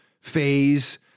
phase